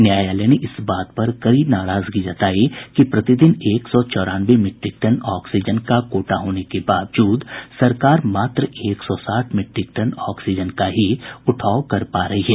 न्यायालय ने इस बात पर कड़ी नाराजगी जतायी कि प्रतिदिन एक सौ चौरानवे मीट्रिक टन ऑक्सीजन का कोटा होने के बावजूद सरकार मात्र एक सौ साठ मीट्रिक टन ऑक्सीजन का ही उठाव कर पा रही है